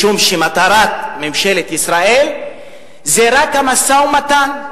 משום שמטרת ממשלת ישראל זה רק המשא-ומתן.